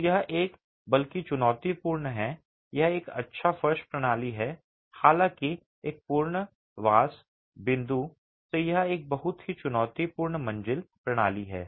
तो यह एक बल्कि चुनौतीपूर्ण है यह एक अच्छा फर्श प्रणाली है हालांकि एक पुनर्वास बिंदु से यह एक बहुत ही चुनौतीपूर्ण मंजिल प्रणाली है